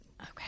Okay